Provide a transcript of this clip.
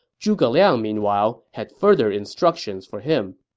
zhuge liang, meanwhile, had further instructions for him